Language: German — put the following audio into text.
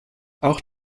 auch